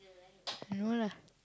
no lah